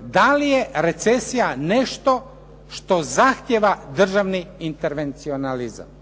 Da li je recesija nešto što zahtjeva državni intervencionalnizam?